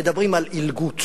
הם מדברים על עילגות,